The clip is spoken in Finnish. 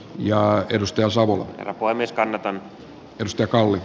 ja edustajansa avulla voimiskannetaan mustakallio